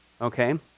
Okay